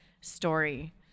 story